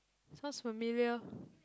sounds familiar